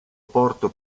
porto